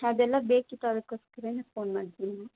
ಅದೆಲ್ಲ ಬೇಕಿತ್ತು ಅದಕ್ಕೋಸ್ಕರವೇ ಫೋನ್ ಮಾಡಿದ್ವಿ ಮ್ಯಾಮ್